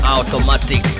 Automatic